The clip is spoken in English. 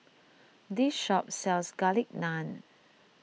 this shop sells Garlic Naan